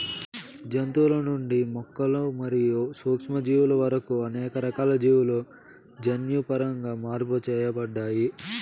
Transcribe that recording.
జంతువుల నుండి మొక్కలు మరియు సూక్ష్మజీవుల వరకు అనేక రకాల జీవులు జన్యుపరంగా మార్పు చేయబడ్డాయి